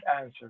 answer